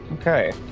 Okay